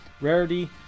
rarity